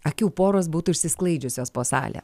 akių poros būtų išsisklaidžiusios po salę